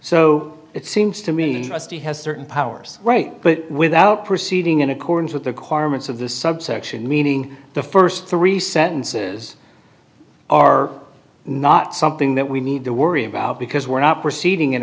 so it seems to me he has certain powers right but without proceeding in accordance with the carmine's of the subsection meaning the st three sentences are not something that we need to worry about because we're not proceeding in